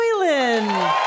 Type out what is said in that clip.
Boylan